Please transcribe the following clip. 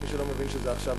מי שלא מבין שזה עכשיו,